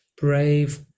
Brave